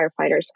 firefighters